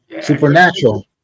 Supernatural